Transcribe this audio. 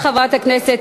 חבר הכנסת